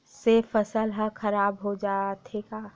से फसल ह खराब हो जाथे का?